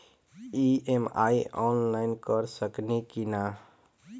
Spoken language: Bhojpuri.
ई.एम.आई आनलाइन कर सकेनी की ना?